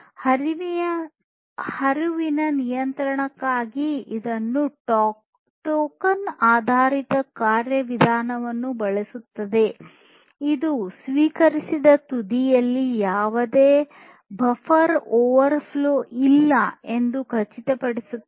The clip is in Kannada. ಹರಿವಿನ ನಿಯಂತ್ರಣಕ್ಕಾಗಿ ಇದು ಟೋಕನ್ ಆಧಾರಿತ ಕಾರ್ಯವಿಧಾನವನ್ನು ಬಳಸುತ್ತದೆ ಇದು ಸ್ವೀಕರಿಸುವ ತುದಿಯಲ್ಲಿ ಯಾವುದೇ ಬಫರ್ ಓವರ್ಫ್ಲೋ ಇಲ್ಲ ಎಂದು ಖಚಿತಪಡಿಸುತ್ತದೆ